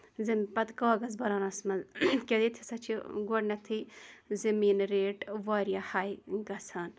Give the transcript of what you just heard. زَن پَتہٕ کاغذ بَناوانَس منٛز کیٛاہ ییٚتہِ ہسا چھِ گۄڈٕنیٚتھٕے زٔمیٖنہِ ریٹ واریاہ ہاے گژھان